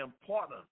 important